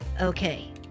Okay